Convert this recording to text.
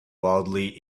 wildly